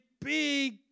big